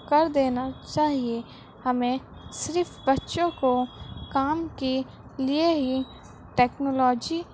کر دینا چاہیے ہمیں صرف بچوں کو کام کی لیے ہی ٹکنالوجی